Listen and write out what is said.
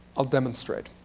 i'll demonstrate.